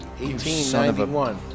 1891